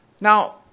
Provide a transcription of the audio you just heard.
Now